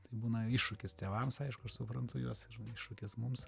tai būna iššūkis tėvams aišku aš suprantu juos iššūkis mums